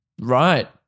Right